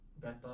better